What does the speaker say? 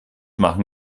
machen